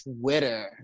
Twitter